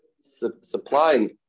supplying